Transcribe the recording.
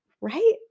right